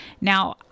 Now